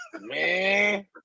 Man